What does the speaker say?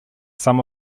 some